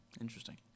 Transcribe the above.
Interesting